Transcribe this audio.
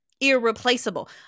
irreplaceable